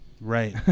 Right